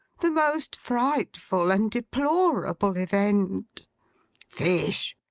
the most frightful and deplorable event fish!